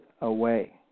away